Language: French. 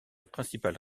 principale